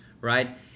right